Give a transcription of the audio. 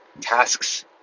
tasks